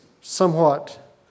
somewhat